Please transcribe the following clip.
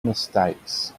mistakes